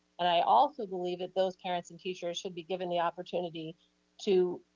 and i also believe that those parents and teachers should be given the opportunity to